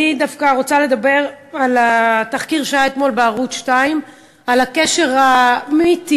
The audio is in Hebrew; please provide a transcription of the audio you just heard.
אני דווקא רוצה לדבר על התחקיר שהיה אתמול בערוץ 2 על הקשר המיתי,